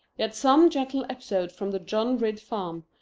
yet some gentle episode from the john ridd farm,